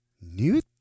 New